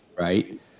right